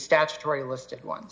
statutory listed one